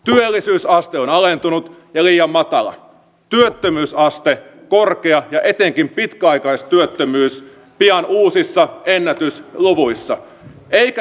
työllisyysaste on alentunut ja liian matala työttömyysaste korkea ja etenkin pitkäaikaistyöttömyys pian uusissa ennätysluvuissa